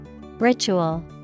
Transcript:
Ritual